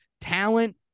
talent